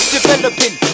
Developing